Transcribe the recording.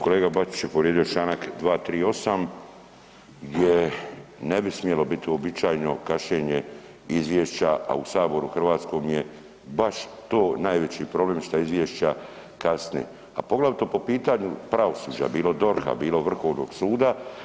Kolega Bačić je povrijedio članak 238. gdje ne bi smjelo biti uobičajeno kašnjenje izvješća, a u Saboru hrvatskom je baš to najveći problem što izvješća kasne, a poglavito po pitanju pravosuđa, bilo DORH-a, bilo Vrhovnog suda.